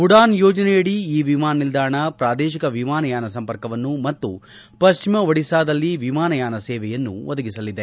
ಉಡಾನ್ ಯೋಜನೆಯಡಿ ಈ ವಿಮಾನ ನಿಲ್ಲಾಣ ಪ್ರಾದೇಶಿಕ ವಿಮಾನಯಾನ ಸಂಪರ್ಕವನ್ನು ಮತ್ತು ಪಶ್ಚಿಮ ಒಡಿಸ್ಸಾದಲ್ಲಿ ವಿಮಾನಯಾನ ಸೇವೆಯನ್ನು ಒದಗಿಸಲಿದೆ